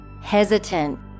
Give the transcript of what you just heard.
Hesitant